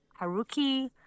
Haruki